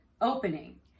opening